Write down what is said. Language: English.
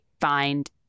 find